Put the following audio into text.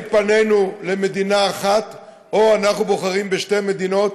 פנינו למדינה אחת או אנחנו בוחרים בשתי מדינות,